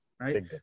right